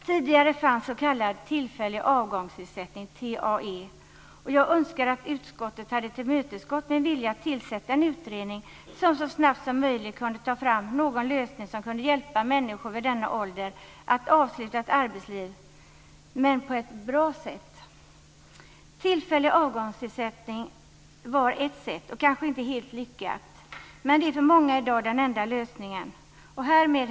TAE, och jag önskar att utskottet hade tillmötesgått min vilja att tillsätta en utredning som så snabbt som möjligt kunde ta fram någon lösning som kunde hjälpa människor i denna ålder att avsluta ett arbetsliv på ett bra sätt. Tillfällig avgångsersättning var ett sätt, och kanske inte helt lyckat. Men det är för många i dag den enda lösningen. Herr talman!